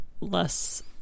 less